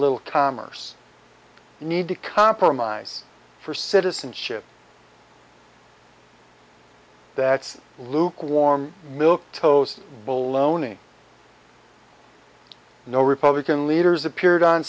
little timers need to compromise for citizenship that's lukewarm milk toast bull loney no republican leaders appeared on